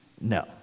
No